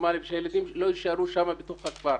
פורמלי ושהילדים לא יישארו שם בתוך הכפר.